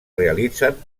realitzen